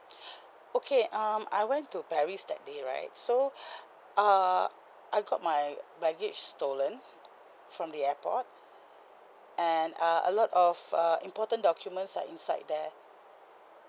okay um I went to paris that day right so err I got my baggage stolen from the airport and uh a lot of uh important documents are inside there